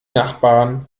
nachbarn